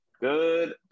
Good